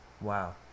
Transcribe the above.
Wow